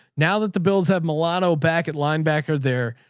now that the bills have mulatto back at linebacker, they're,